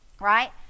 right